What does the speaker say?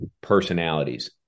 personalities